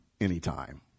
anytime